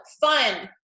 fun